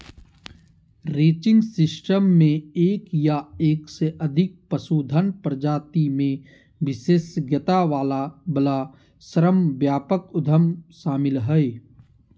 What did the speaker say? ranching system मे एक या एक से अधिक पशुधन प्रजाति मे विशेषज्ञता वला श्रमव्यापक उद्यम शामिल हय